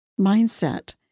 mindset